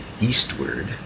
eastward